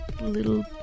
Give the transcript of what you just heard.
little